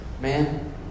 man